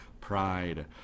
Pride